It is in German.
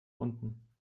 unten